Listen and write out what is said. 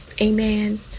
Amen